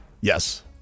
Yes